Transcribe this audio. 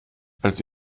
also